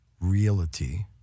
reality